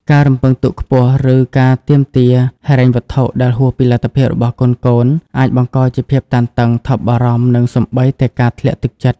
ការរំពឹងទុកខ្ពស់ ឬការទាមទារហិរញ្ញវត្ថុដែលហួសពីលទ្ធភាពរបស់កូនៗ អាចបង្កជាភាពតានតឹង ថប់បារម្ភ និងសូម្បីតែការធ្លាក់ទឹកចិត្ត។